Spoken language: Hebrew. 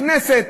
הכנסת